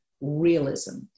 realism